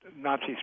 Nazi